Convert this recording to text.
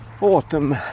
autumn